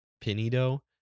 Pinedo